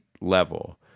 level